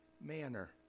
manner